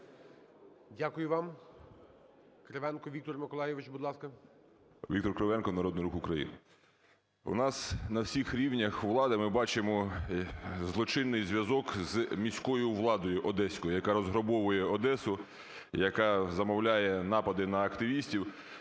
В.М. Віктор Кривенко, Народний Рух України. У нас на всіх рівнях влади ми бачимо злочинний зв'язок з міською владою одеською, яка розграбовує Одесу, яка замовляє напади на активістів.